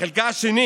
בחלקה השני